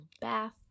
bath